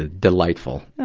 ah delightful